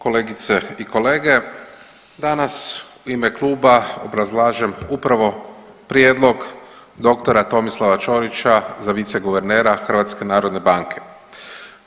Kolegice i kolege, danas u ime kluba obrazlažem upravo prijedlog dr. Tomislava Čorića za viceguvernera HNB-a.